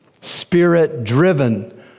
spirit-driven